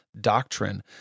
doctrine